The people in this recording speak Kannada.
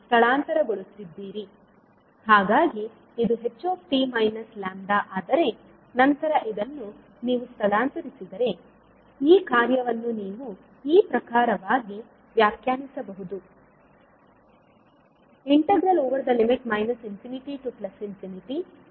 ಹಾಗಾಗಿ ಇದು ht λ ಆದರೆ ನಂತರ ಇದನ್ನು ನೀವು ಸ್ಥಳಾಂತರಿಸಿದರೆ ಈ ಕಾರ್ಯವನ್ನು ನೀವು ಈ ಪ್ರಕಾರವಾಗಿ ವ್ಯಾಖ್ಯಾನಿಸಬಹುದು ∞hλxt λdλ